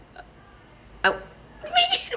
uh wait